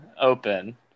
open